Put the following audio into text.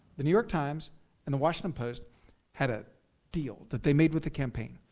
the new york times and the washington post had a deal that they made with the campaign.